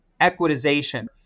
Equitization